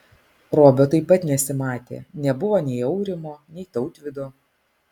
robio taip pat nesimatė nebuvo nei aurimo nei tautvydo